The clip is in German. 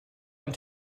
ein